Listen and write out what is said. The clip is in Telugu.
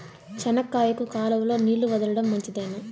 చెనక్కాయకు కాలువలో నీళ్లు వదలడం మంచిదేనా?